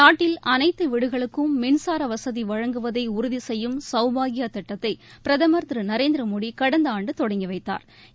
நாட்டில் அனைத்து வீடுகளுக்கும் மின்சார வசதி வழங்குவதை உறுதி செய்யும் சௌபாக்கியா திட்டத்தை பிரதமா் திரு நரேந்திரமோடி கடந்த ஆண்டு தொடங்கி வைத்தாா்